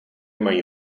mají